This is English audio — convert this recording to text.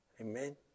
Amen